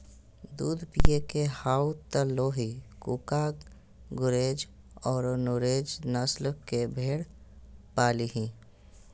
दूध पिये के हाउ त लोही, कूका, गुरेज औरो नुरेज नस्ल के भेड़ पालीहीं